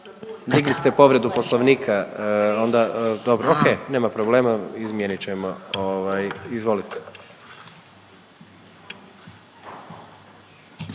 Digli ste povredu Poslovnika. Onda, dobro, ok. Nema problema izmijenit ćemo, ovaj.